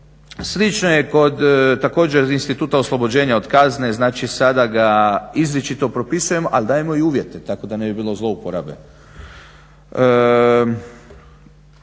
Slično je kod također instituta oslobođenja od kazne. Znači sada ga izričito propisujemo, ali dajemo i uvjete tako da ne bi bilo zlouporabe.